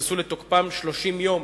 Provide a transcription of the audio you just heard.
נכנסו לתוקפם 30 יום